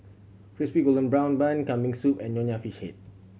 Crispy Golden Brown Bun Kambing Soup and Nonya Fish Head